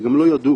גם לא ידעו,